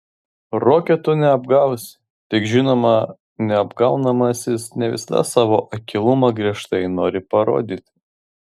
ruokio tu neapgausi tik žinoma neapgaunamasis ne visada savo akylumą griežtai nori parodyti